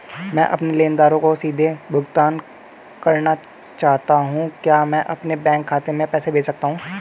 मैं अपने लेनदारों को सीधे भुगतान करना चाहता हूँ क्या मैं अपने बैंक खाते में पैसा भेज सकता हूँ?